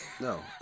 No